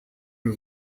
y’u